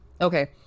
okay